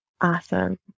Awesome